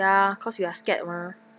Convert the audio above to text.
ya cause you are scared mah